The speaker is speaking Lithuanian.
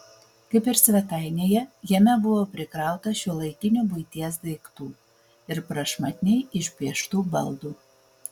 kaip ir svetainėje jame buvo prikrauta šiuolaikinių buities daiktų ir prašmatniai išpieštų baldų